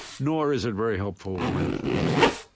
nor is it very helpful when people